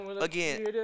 again